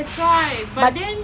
that's why but then